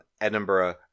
Edinburgh